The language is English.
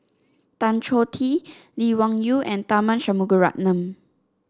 Tan Choh Tee Lee Wung Yew and Tharman Shanmugaratnam